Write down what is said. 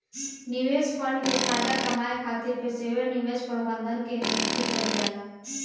निवेश फंड से फायदा कामये खातिर पेशेवर निवेश प्रबंधक के नियुक्ति कईल जाता